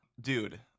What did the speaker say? Dude